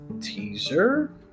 teaser